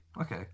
Okay